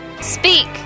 Speak